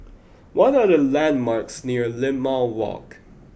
what are the landmarks near Limau Walk